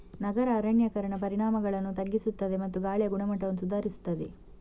ನಗರ ಅರಣ್ಯೀಕರಣ ಪರಿಣಾಮಗಳನ್ನು ತಗ್ಗಿಸುತ್ತದೆ ಮತ್ತು ಗಾಳಿಯ ಗುಣಮಟ್ಟವನ್ನು ಸುಧಾರಿಸುತ್ತದೆ